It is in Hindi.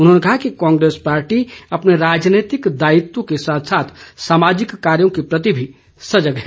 उन्होंने कहा कि कांग्रेस पार्टी अपने राजनीतिक दायित्व के साथ साथ सामाजिक कॉर्यो के प्रति भी सजग है